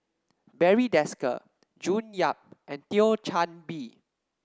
Barry Desker June Yap and Thio Chan Bee